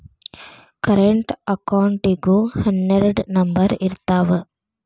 current ಅಕೌಂಟಿಗೂ ಹನ್ನೆರಡ್ number ಇರ್ತಾವ